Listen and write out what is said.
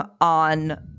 on